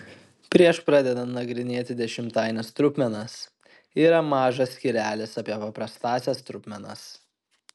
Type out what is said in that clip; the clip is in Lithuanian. prieš pradedant nagrinėti dešimtaines trupmenas yra mažas skyrelis apie paprastąsias trupmenas